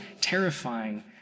terrifying